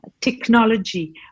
Technology